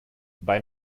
bei